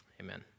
Amen